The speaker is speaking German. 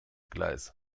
gleis